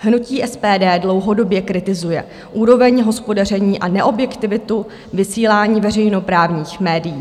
Hnutí SPD dlouhodobě kritizuje úroveň hospodaření a neobjektivitu vysílání veřejnoprávních médií.